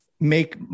make